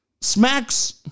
smacks